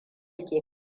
ke